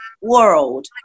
world